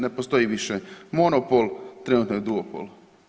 Ne postoji više monopol trenutno je duopol.